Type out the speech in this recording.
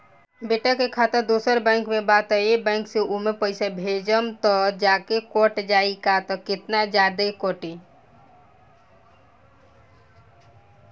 बेटा के खाता दोसर बैंक में बा त ए बैंक से ओमे पैसा भेजम त जादे कट जायी का त केतना जादे कटी?